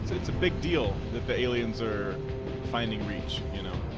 it's a big deal that the aliens are finding reach you know